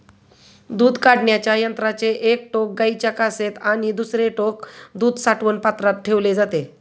दूध काढण्याच्या यंत्राचे एक टोक गाईच्या कासेत आणि दुसरे टोक दूध साठवण पात्रात ठेवले जाते